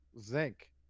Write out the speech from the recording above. Zinc